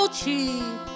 cheap